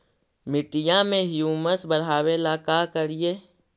मिट्टियां में ह्यूमस बढ़ाबेला का करिए?